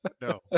no